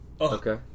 Okay